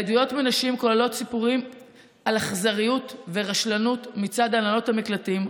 העדויות מנשים כוללות סיפורים על אכזריות ורשלנות מצד הנהלות המקלטים,